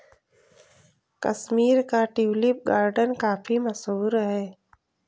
कश्मीर का tulip garden काफी मशहूर है